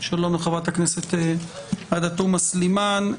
שלום לחברת הכנסת עאידה תומא סלימאן,